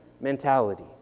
mentality